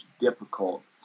difficult